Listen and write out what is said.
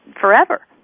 forever